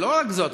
ולא רק זאת,